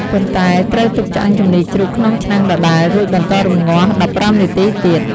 ប៉ុន្តែត្រូវទុកឆ្អឹងជំនីជ្រូកក្នុងឆ្នាំងដដែល រួចបន្តរំងាស់១៥នាទីទៀត។